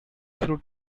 fruit